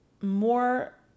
more